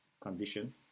condition